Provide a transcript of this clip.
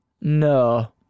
No